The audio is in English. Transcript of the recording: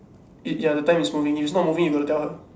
it ya the time is moving if it's not moving you got to tell her